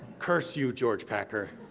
curse you, george packer.